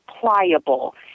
pliable